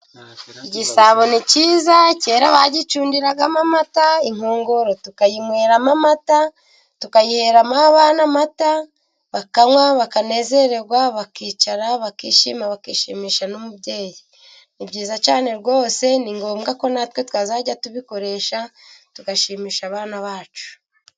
Igisabo ni cyiza cyera bagicundiragamo amata, inkongoro tukayinyweramo amata, tukayihera mo abana amata bakanywa bakanezerwa, bakicara bakishima, bakishimaba n'umubyeyi. Ni byiza cyane rwose ni ngombwa ko natwe twazajya tubikoresha tugashimisha abana bacu.